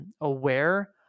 aware